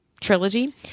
trilogy